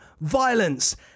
violence